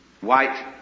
white